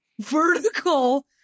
vertical